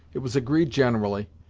it was agreed generally,